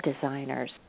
designers